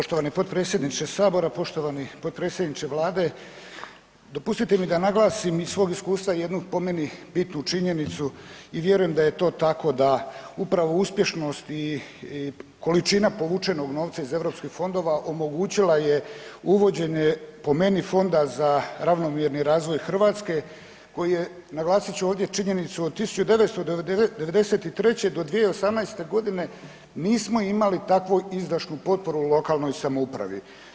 Poštovani potpredsjedniče Sabora, poštovani potpredsjedniče Vlade, dopustite mi da naglasim iz svog iskustva, jednu po meni, bitnu činjenicu i vjerujem da je to tako, da upravo uspješnost i količina povučenog novca iz EU fondova omogućila je uvođenje, po meni, fonda za ravnomjerni razvoj Hrvatske, koji je, naglasit ću ovdje činjenicu od 1993. do 2018. g. nismo imali tako izdašnu potporu lokalnoj samoupravi.